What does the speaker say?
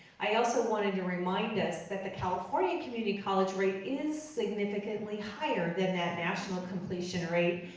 i also wanted to remind us that the californian community college rate is significantly higher than that national completion rate,